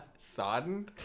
sodden